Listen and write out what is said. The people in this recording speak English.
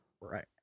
Right